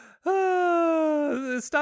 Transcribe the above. Stop